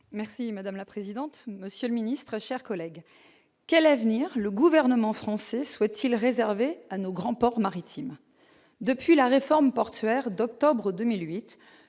Madame la présidente, monsieur le secrétaire d'État, mes chers collègues, quel avenir le Gouvernement français souhaite-t-il réserver à nos grands ports maritimes ? Depuis la réforme portuaire d'octobre 2008,